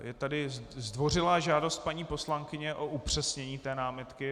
Je tady zdvořilá žádost paní poslankyně o upřesnění té námitky.